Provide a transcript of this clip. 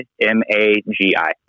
M-A-G-I